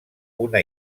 una